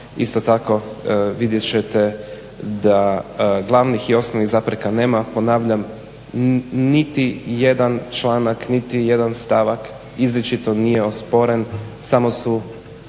isto tako vidjet ćete da glavnih i osnovnih zapreka nema, ponavljam nitijedan članak, nitijedan stavak izričito nije osporen, samo su,